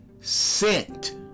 Sent